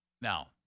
Now